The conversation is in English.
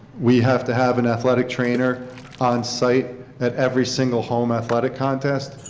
we have to have an athletic trainer on-site at every single home athletic contest.